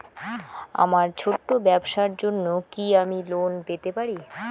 আমার ছোট্ট ব্যাবসার জন্য কি আমি লোন পেতে পারি?